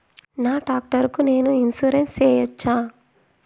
నా టాక్టర్ కు నేను ఇన్సూరెన్సు సేయొచ్చా?